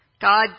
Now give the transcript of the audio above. God